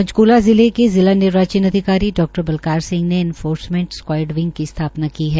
पंचकूला जिले के जिला निर्वाचन अधिकारी डा बलकार सिंह ने एनफोर्समेंट स्क्वायड विंग की स्थापना की है